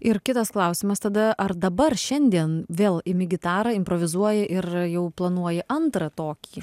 ir kitas klausimas tada ar dabar šiandien vėl imi gitarą improvizuoji ir jau planuoji antrą tokį